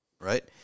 right